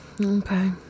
Okay